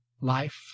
Life